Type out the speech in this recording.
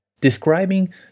Describing